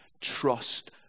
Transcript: trust